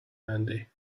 handy